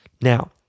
Now